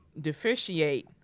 deficiate